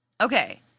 Okay